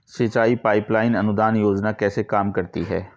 सिंचाई pipeline अनुदान योजना कैसे काम करती है?